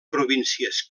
províncies